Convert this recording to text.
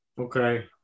Okay